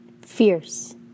Fierce